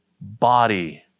body